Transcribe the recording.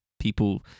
people